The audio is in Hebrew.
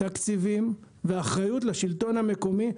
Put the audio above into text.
תקציבים ואחריות לשלטון המקומי.